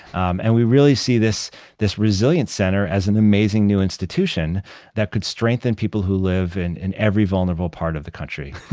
um and we really see this this resilience center as an amazing new institution that could strengthen people who live in in every vulnerable part of the country.